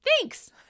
thanks